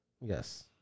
Yes